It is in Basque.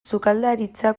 sukaldaritza